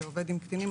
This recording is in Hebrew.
שעובד עם קטינים,